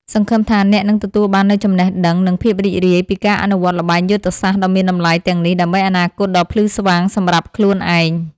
សង្ឃឹមថាអ្នកនឹងទទួលបាននូវចំណេះដឹងនិងភាពរីករាយពីការអនុវត្តល្បែងយុទ្ធសាស្ត្រដ៏មានតម្លៃទាំងនេះដើម្បីអនាគតដ៏ភ្លឺស្វាងសម្រាប់ខ្លួនឯង។